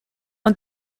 ond